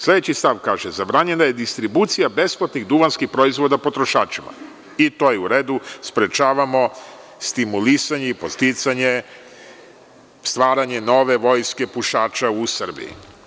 Sledeći stav kaže – zabranjena je distribucija besplatnih duvanskih proizvoda potrošačima, i to je u redu, sprečavamo stimulisanje i podsticanje stvaranje nove vojske pušača u Srbiji.